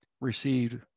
received